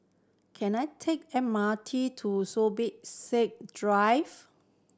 can I take M R T to Zubir Said Drive